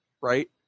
right